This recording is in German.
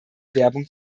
werbung